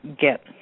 get